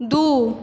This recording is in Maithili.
दू